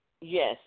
yes